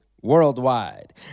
worldwide